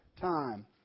time